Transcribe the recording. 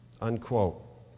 unquote